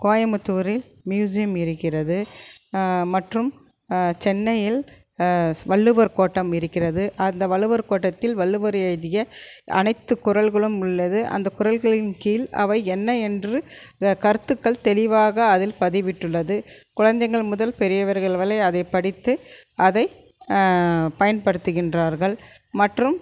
கோயம்புத்தூரில் மியூசியம் இருக்கிறது மற்றும் சென்னையில் ஸ் வள்ளுவர் கோட்டம் இருக்கிறது அந்த வள்ளுவர் கோட்டத்தில் வள்ளுவர் எழுதிய அனைத்து குறள்களும் உள்ளது அந்த குறள்களின் கீழ் அவை என்ன என்று க கருத்துக்கள் தெளிவாக அதில் பதிவிட்டுள்ளது குழந்தைங்கள் முதல் பெரியவர்கள்வளே அதை படித்து அதை பயன்படுத்துகின்றார்கள் மற்றும்